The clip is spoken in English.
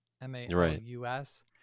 M-A-L-U-S